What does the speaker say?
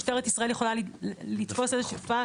משטרת ישראל יכולה לתפוס איזו הפרה,